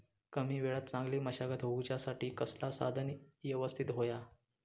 कमी वेळात चांगली मशागत होऊच्यासाठी कसला साधन यवस्तित होया?